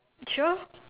sure